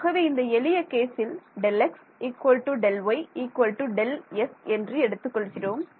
ஆகவே இந்த எளிய கேசில் Δx Δy Δs என்று எடுத்துக் கொள்கிறோம்